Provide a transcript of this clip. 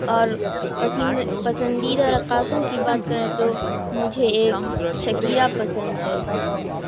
اور پسند پسندیدہ رقاصوں کی بات کریں تو مجھے ایک شکیرہ پسند ہے